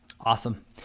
awesome